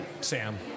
Sam